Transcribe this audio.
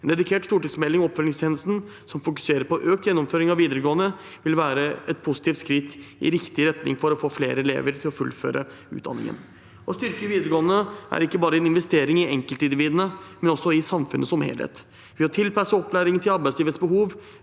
En dedikert stortingsmelding om oppfølgingstjenesten som fokuserer på økt gjennomføring av videregående, vil være et positivt skritt i riktig retning for å få flere elever til å fullføre utdanningen. Å styrke videregående er ikke bare en investering i enkeltindividene, men også i samfunnet som helhet. Ved å tilpasse opplæringen til arbeidslivets behov,